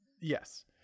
Yes